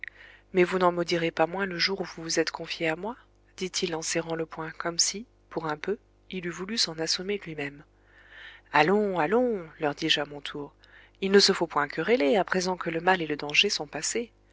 mais vous n'en maudirez pas moins le jour où vous vous êtes confiée à moi dit-il en serrant le poing comme si pour un peu il eût voulu s'en assommer lui-même allons allons leur dis-je à mon tour il ne se faut point quereller à présent que le mal et le danger sont passés